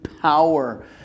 power